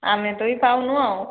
ଆମେ ବି ତ ପାଉନୁ ଆଉ